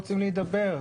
אותי.